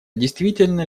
действительно